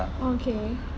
oh okay